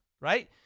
right